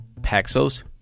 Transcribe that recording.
Paxos